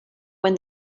when